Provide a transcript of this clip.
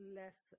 less